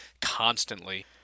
constantly